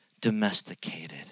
domesticated